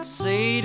say